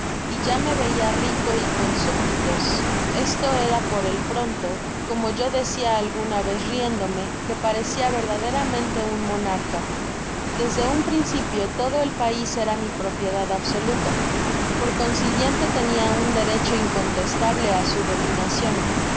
y ya me veia rico y con subditos esto era por el pronto como yo decia algu na vez riéndome que parecia verdaderamente un monarca desde un principio todo el pais era mi propiedad absoluta por consiguiente tenia un derecho incontestable á su dominacion